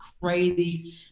crazy